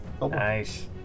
Nice